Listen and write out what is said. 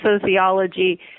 sociology